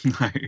No